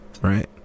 right